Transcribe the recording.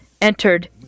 entered